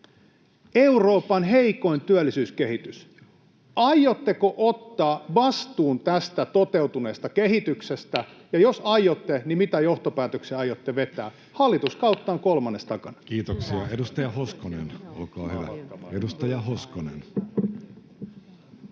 Euroopan heikoin työllisyyskehitys — aiotteko ottaa vastuun tästä toteutuneesta kehityksestä, ja jos aiotte, niin mitä johtopäätöksiä aiotte vetää? Hallituskautta on kolmannes takana. Kiitoksia. — Edustaja Hoskonen, olkaa hyvä.